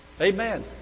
Amen